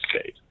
state